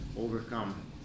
overcome